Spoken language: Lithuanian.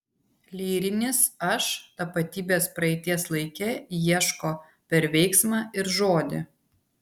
lyrinis aš tapatybės praeities laike ieško per veiksmą ir žodį